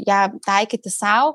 ją taikyti sau